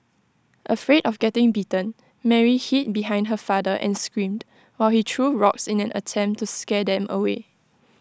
afraid of getting bitten Mary hid behind her father and screamed while he threw rocks in an attempt to scare them away